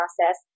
process